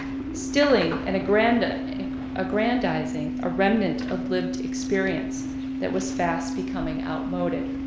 stilling and aggrandizing a aggrandizing a remnant of lived experience that was fast becoming outmoded.